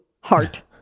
heart